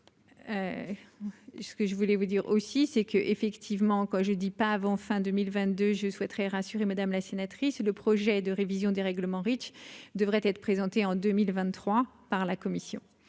ce que je voulais vous dire aussi, c'est que, effectivement, quand je dis pas avant fin 2022 je souhaiterais rassurer madame la sénatrice, le projet de révision des règlements Reach devrait être présenté en 2023 par la commission